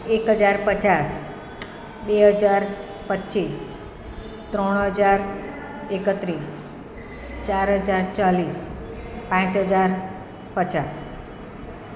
એક હજાર પચાસ બે હજાર પચીસ ત્રણ હજાર એકત્રીસ ચાર હજાર ચાલીસ પાંચ હજાર પચાસ